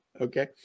Okay